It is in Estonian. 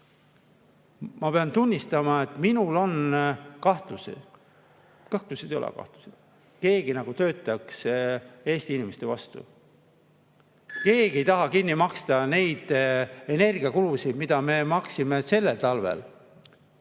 Ma pean tunnistama, et minul on kahtlusi – kõhklusi ei ole, aga kahtlusi on. Keegi nagu töötaks Eesti inimeste vastu. Keegi ei taha kinni maksta neid energiakulusid, mida me maksime sellel talvel.